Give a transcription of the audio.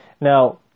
Now